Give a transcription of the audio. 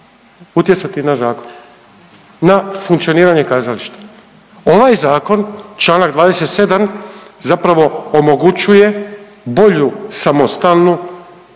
utjecati na zakon, na funkcioniranje kazališta. Ovaj zakon čl. 27. zapravo omogućuje bolju, samostalnu